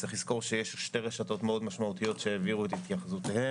צריך לזכור שיש שתי רשתות מאוד משמעותיות שהעבירו את התייחסותיהן,